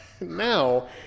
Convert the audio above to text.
Now